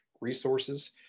resources